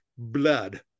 blood